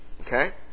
Okay